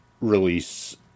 release